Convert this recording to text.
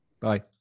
Bye